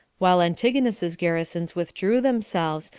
while antigonus's garrisons withdrew themselves,